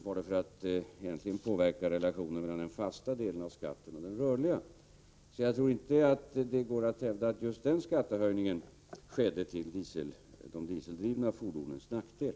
Och det var egentligen för att påverka relationerna mellan den fasta delen av skatten och den rörliga. Jag tror inte att det går att hävda att just den skattehöjningen skedde till de dieseldrivna fordonens nackdel.